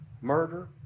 murder